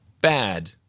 bad